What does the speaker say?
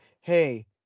hey